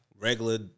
regular